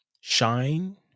shine